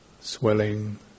Swelling